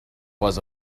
was